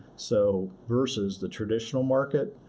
so, versus the traditional market,